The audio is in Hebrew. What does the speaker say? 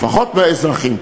לפחות מהאזרחים.